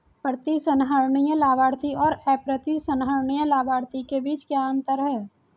प्रतिसंहरणीय लाभार्थी और अप्रतिसंहरणीय लाभार्थी के बीच क्या अंतर है?